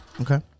Okay